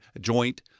joint